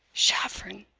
chafron!